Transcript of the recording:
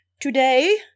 Today